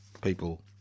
people